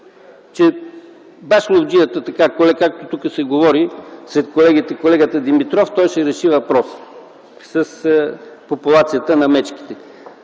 че баш ловджията сред колегите, както тук се говори – колегата Димитров, ще реши въпроса с популацията на мечките.